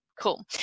Cool